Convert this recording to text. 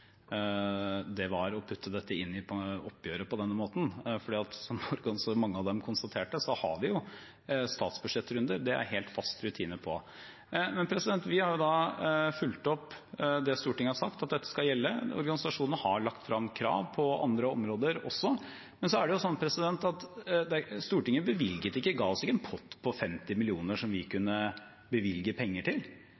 det var å putte dette inn i oppgjøret på denne måten, for som mange av dem konstaterte: Vi har jo statsbudsjettrunder, det er det en helt fast rutine på. Vi har fulgt opp det Stortinget har sagt at dette skal gjelde. Organisasjonene har lagt frem krav på andre områder også, men Stortinget ga oss ikke en pott på 50 mill. kr slik at vi kunne bevilge penger. Stortinget fattet ikke